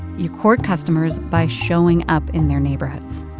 you court customers by showing up in their neighborhoods.